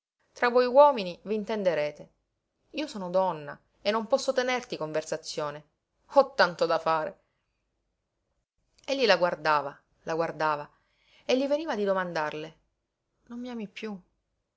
tra voi uomini v'intenderete io sono donna e non posso tenerti conversazione ho tanto da fare egli la guardava la guardava e gli veniva di domandarle non mi ami piú